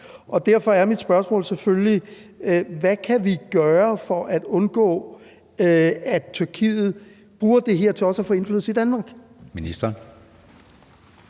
og derfor er mit spørgsmål selvfølgelig: Hvad kan vi gøre for at undgå, at Tyrkiet bruger det her til også at få indflydelse i Danmark? Kl.